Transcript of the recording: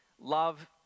Love